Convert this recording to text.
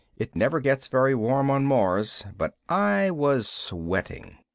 it never gets very warm on mars, but i was sweating.